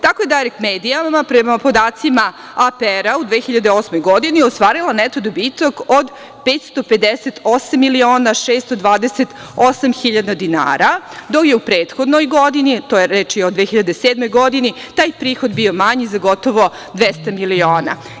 Tako je "Dajrekt medija" prema podacima APR u 2008. godini ostvarila neto dobitak od 558 miliona 628 hiljada dinara, dok je u prethodnoj godini, 2007, taj prihod bio manji za gotovo 200 miliona.